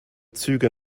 züge